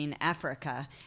Africa